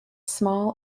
small